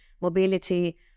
mobility